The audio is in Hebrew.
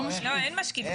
לא משקיף.